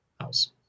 House